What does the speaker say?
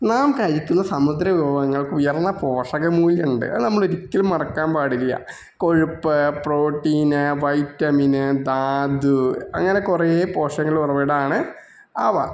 നാം കഴിക്കുന്ന സമുദ്ര വിഭവങ്ങൾക്ക് ഉയർന്ന പോഷക മൂല്യമുണ്ട് അത് നമ്മളൊരിക്കലും മറക്കാൻ പാടില്ല കൊഴുപ്പ് പ്രോട്ടീന് വൈറ്റമിന് ധാതു അങ്ങനെ കുറെ പോഷക ഉറവിടമാണ് അവ